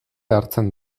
hartzen